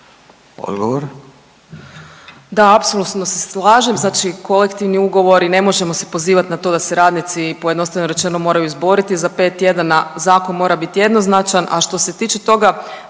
(RF)** Da, apsolutno se slažem. Znači kolektivni ugovori ne možemo se pozivati na to da se radnici pojednostavljeno rečeno moraju izboriti za pet tjedana. Zakon mora biti jednoznačan, a što se tiče toga